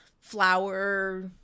Flower